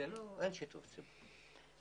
אין שיתוף ציבור.